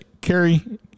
Carrie